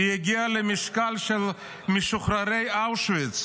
הגיעה למשקל של משוחררי אושוויץ,